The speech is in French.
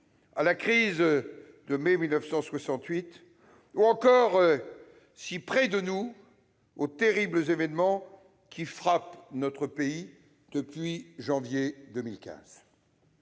à la crise de mai 1968, ou encore, si près de nous, aux terribles événements qui frappent notre pays depuis janvier 2015.